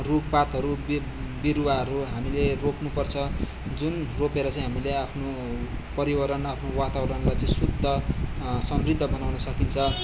रूखपातहरू वि विरूवाहरू हामीले रोप्नपर्छ जुन रोपेर चाहिँ हामीले आफ्नो पर्यावरण आफ्नो वातावरणलाई चाहिँ शुद्ध समृद्ध बनाउन सकिन्छ